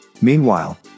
Meanwhile